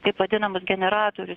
taip vadinamus generatorius